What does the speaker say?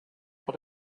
but